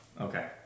Okay